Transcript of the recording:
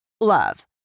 love